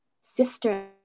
sister